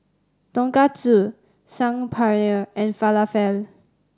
Tonkatsu Saag Paneer and Falafel